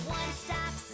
one-stop